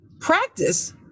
Practice